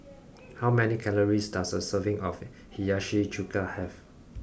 how many calories does a serving of Hiyashi Chuka have